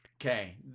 Okay